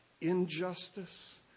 injustice